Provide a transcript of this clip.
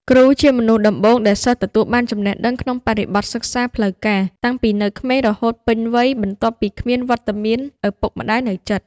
គ្រូជាមនុស្សដំបូងដែលសិស្សទទួលបានចំណេះដឹងក្នុងបរិបទសិក្សាផ្លូវការតាំងពីនៅក្មេងរហូតពេញវ័យ បន្ទាប់ពីគ្មានវត្តមានឱពុកម្តាយនៅជិត។